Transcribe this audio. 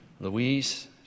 Louise